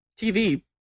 TV